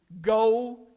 Go